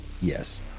yes